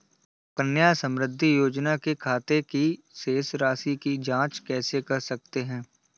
सुकन्या समृद्धि योजना के खाते की शेष राशि की जाँच कैसे कर सकते हैं?